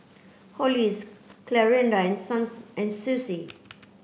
Hollis Clarinda and Suns and Susie